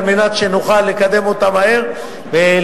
על מנת שנוכל לקדם אותה מהר ולשפר,